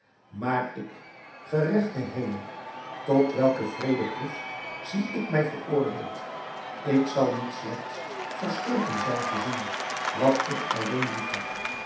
maar ik geregte hemel tot welke wreede proef zie ik mij veroordeeld ik zal niet slechts verstoken zijn te zien wat ik alleen liefheb